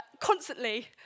constantly